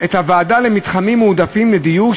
את הוועדה למתחמים מועדפים לדיור,